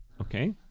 Okay